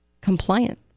compliant